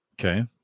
okay